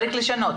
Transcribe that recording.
צריך לשנות.